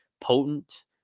potent